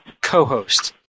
co-host